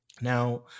Now